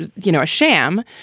ah you know, a sham.